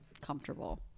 Comfortable